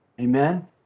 Amen